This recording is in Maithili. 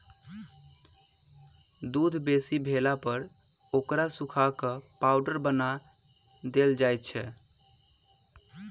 दूध बेसी भेलापर ओकरा सुखा क पाउडर बना देल जाइत छै